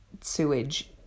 sewage